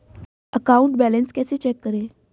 Account balance कैसे check करें?